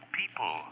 people